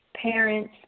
parents